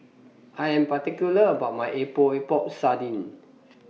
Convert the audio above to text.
I Am particular about My Epok Epok Sardin